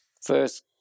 First